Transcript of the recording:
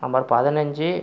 number பதினைஞ்சு